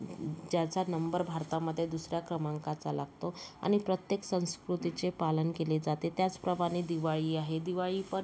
ज्याचा नंबर भारतामधे दुसऱ्या क्रमांकाचा लागतो आणि प्रत्येक संस्कृतीचे पालन केले जाते त्याचप्रमाणे दिवाळी आहे दिवाळी पण